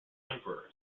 emperor